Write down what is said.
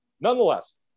Nonetheless